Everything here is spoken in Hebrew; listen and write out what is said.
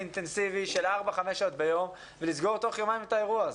אינטנסיבי של ארבע-חמש שעות ביום ולסגור תוך יומיים את האירוע הזה.